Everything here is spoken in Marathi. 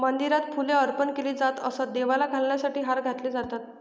मंदिरात फुले अर्पण केली जात असत, देवाला घालण्यासाठी हार घातले जातात